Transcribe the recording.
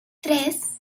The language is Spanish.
tres